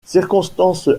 circonstance